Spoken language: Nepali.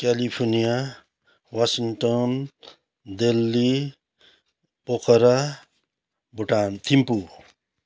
California Washington Delhi Pokhara Bhutan Thimphu